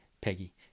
Peggy